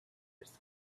its